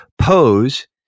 pose